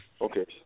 Okay